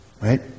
Right